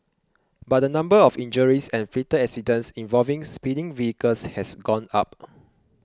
but the number of injuries and fatal accidents involving speeding vehicles has gone up